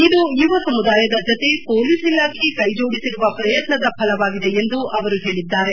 ಇದು ಯುವ ಸಮುದಾಯದ ಜತೆ ಮೊಲೀಸ್ ಇಲಾಖೆ ಕೈ ಜೋಡಿಸಿರುವ ಪ್ರಯತ್ನದ ಫಲವಾಗಿದೆ ಎಂದು ಅವರು ಹೇಳಿದ್ದಾರೆ